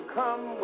come